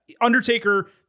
Undertaker